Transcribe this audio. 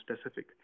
specific